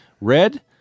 red